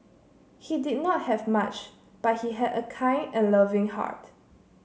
he did not have much but he had a kind and loving heart